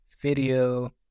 video